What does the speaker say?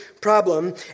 problem